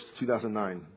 2009